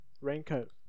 Raincoat